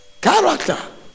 Character